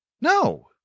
no